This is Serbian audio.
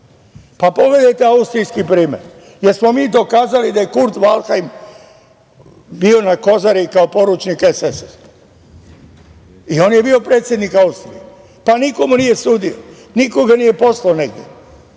Pogledajte austrijski primer. Jesmo li mi dokazali da je Kurt Valdhajm bio na Kozari kao poručnik i on je bio predsednik Austrije, pa niko mu nije sudio, niko ga nije poslao negde.